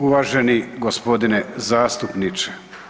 Uvaženi g. zastupniče.